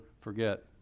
forget